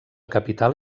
capital